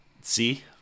see